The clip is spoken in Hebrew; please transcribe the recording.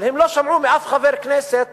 אבל הם לא שמעו מאף חבר כנסת